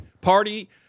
party